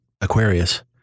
Aquarius